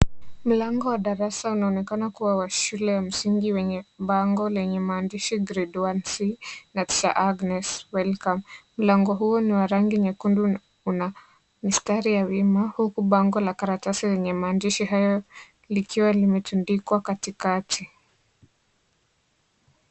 Mlango wa darasa unaonekana kuwa wa shule ya msingi wenye bango lenye maandishi grade 1C na teacher Agnes welcome . Mlango huo ni wa rangi nyekundu na una mistari ya wima huku bango la karatasi yenye maandishi hayo likiwa limetundikwa katikati.